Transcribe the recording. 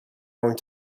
going